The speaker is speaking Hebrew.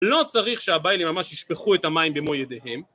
לא צריך שהביילים ממש ישפכו את המים במו ידיהם.